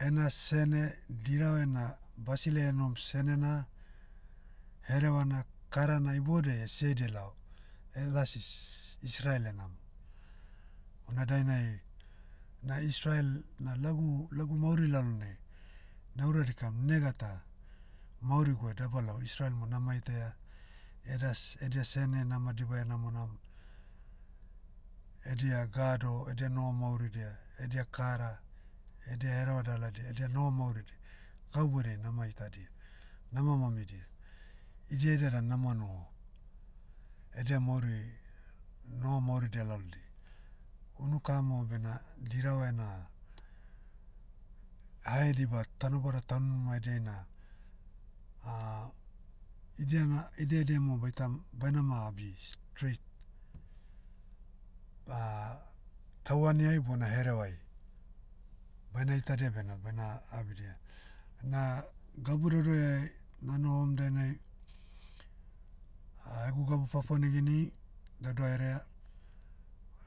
Ena sene, diravena, basileia enohom senena, herevana karana iboudai esiaidia lao, elasi s- israel enam. Una dainai, na israel, na lagu- lagu mauri lalonai, naura dikam nega tah, mauriguai dabalao israel mo nama itaia, eda s- edia sene nama dibaia namonam, edia gado edia noho mauridia edia kara, edia hereva daladia edia noho mauridi, gau boudai nama itadia, nama mamidia. Idia ida dan nama noho, edia mauri, noho mauridia lalodiai. Unukamo bena dirava ena, hahediba tanobada tanima ediai na, idiana idediai mo baita- bainama abis, straight, tauaniai bona herevai, baina itadia bena baina abidia. Na, gabu dauda iai, nanohom dainai, agu gabu papua nigini, daudau herea,